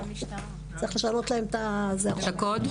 צריך לשנות להם --- את הקוד.